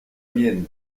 mienne